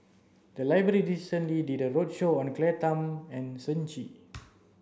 the library recently did a roadshow on Claire Tham and Shen Xi